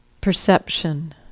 perception